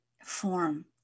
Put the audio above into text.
form